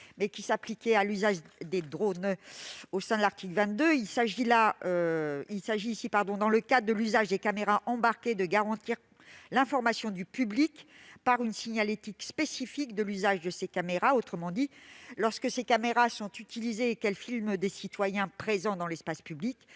mais relatif à l'usage des drones. Il s'agit ici, dans le cadre de l'usage des caméras embarquées, de garantir l'information du public par une signalétique spécifique. Autrement dit, lorsque ces caméras sont utilisées et qu'elles filment des citoyens présents dans l'espace public,